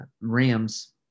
Rams